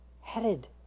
Headed